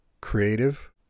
creative